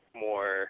more